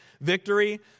victory